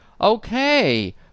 Okay